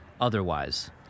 otherwise